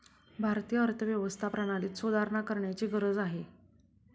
भारतीय अर्थव्यवस्था प्रणालीत सुधारणा करण्याची गरज आहे